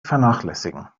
vernachlässigen